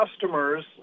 customers